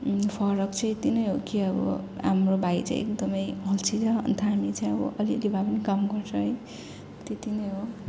फरक चाहिँ यति नै हो कि अब हाम्रो भाइ चाहिँ एकदमै अल्छी छ अन्त हामी चाहिँ अब अलिअलि भए पनि काम गर्छौँ है त्यति नै हो